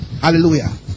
Hallelujah